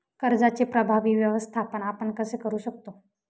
कर्जाचे प्रभावी व्यवस्थापन आपण कसे करु शकतो?